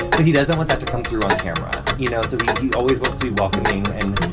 but he doesn't want that to come through on camera, you know? so he he always wants to be welcoming and,